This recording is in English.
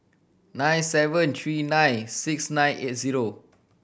nine seven three nine six nine eight zero